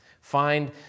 Find